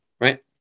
Right